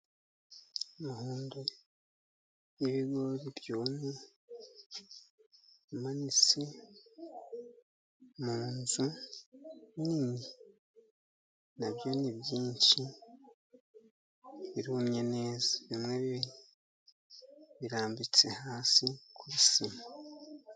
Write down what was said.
Umuhunda w'ibigori byumye, bimanitse mu nzu nini. Na byo ni byinshi. Birumye neza, bimwe birambitse hasi ku bisima.